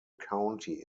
county